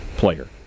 player